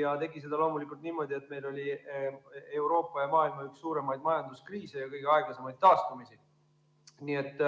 ja tegi seda loomulikult niimoodi, et meil oli Euroopa ja maailma üks suuremaid majanduskriise ja kõige aeglasemaid taastumisi. Nii et